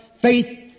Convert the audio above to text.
faith